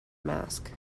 mask